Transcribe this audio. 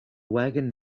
wagon